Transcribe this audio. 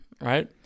right